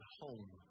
home